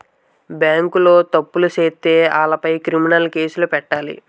బేంకోలు తప్పు సేత్తే ఆలపై క్రిమినలు కేసులు పెట్టాలి